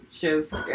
shows